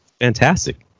Fantastic